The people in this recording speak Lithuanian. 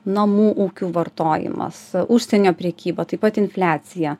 namų ūkių vartojimas užsienio prekyba taip pat infliacija